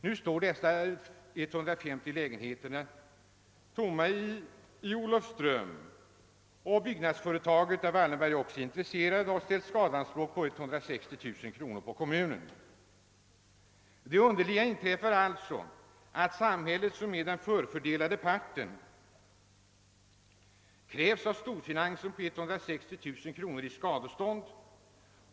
Nu står dessa 150 lägenheter i Olofström tomma och byggnadsföretaget — där Wallenberg också är intressent — har rest skadeståndsanspråk på kommunen med 160 000 kronor. Det underliga har alltså inträffat att samhället, som är den förfördelade parten, krävs av storfinansen på 160 000 kronor i skadestånd.